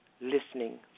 listening